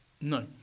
No